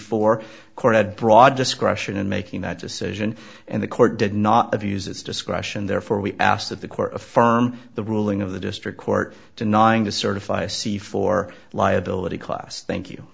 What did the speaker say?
had broad discretion in making that decision and the court did not abuse its discretion therefore we asked that the corps affirm the ruling of the district court denying to certify c for liability class thank you